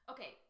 Okay